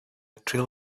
trail